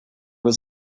was